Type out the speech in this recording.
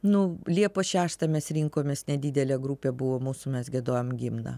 nu liepos šeštą mes rinkomės nedidelė grupė buvo mūsų mes giedojom himną